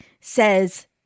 says